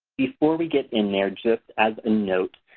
before we get in there just as a note,